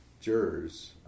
jurors